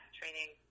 training